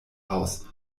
aus